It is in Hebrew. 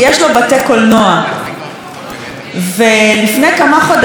ולפני כמה חודשים הייתה כאן,